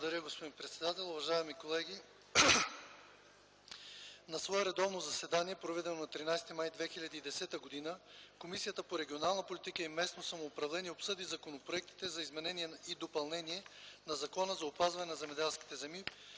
Благодаря, господин председател. Уважаеми колеги, „На свое редовно заседание, проведено на 13 май 2010 г., Комисията по регионална политика и местно самоуправление обсъди законопроекти за изменение и допълнение на Закона за опазване на земеделските земи